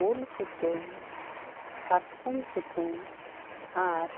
ᱩᱞ ᱥᱩᱛᱟᱹᱢ ᱠᱟᱥᱠᱚᱢ ᱥᱩᱛᱟᱹᱢ ᱟᱨ